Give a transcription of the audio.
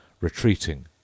retreating